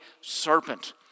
serpent